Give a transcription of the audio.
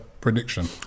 prediction